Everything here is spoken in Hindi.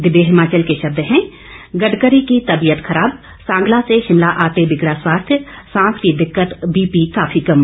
दिव्य हिमाचल के शब्द हैं गडकरी की तबीयत खराब सांगला से शिमला आते बिगड़ा स्वास्थ्य सांस की दिक्कत बीपी काफी कम